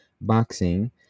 boxing